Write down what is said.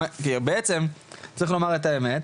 כי בעצם צריך לומר את האמת,